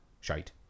shite